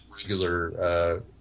regular –